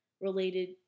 related